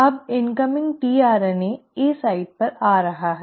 अब आने वाली टीआरएनए ए साइट पर आ रहा है